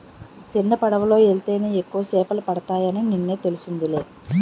సిన్నపడవలో యెల్తేనే ఎక్కువ సేపలు పడతాయని నిన్నే తెలిసిందిలే